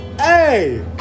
hey